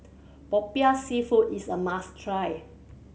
Popiah Seafood is a must try